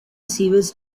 sewage